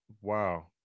wow